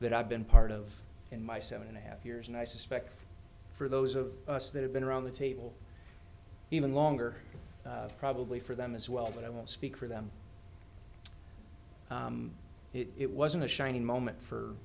that i've been part of in my seven and a half years and i suspect for those of us that have been around the table even longer probably for them as well but i won't speak for them it wasn't a shining moment for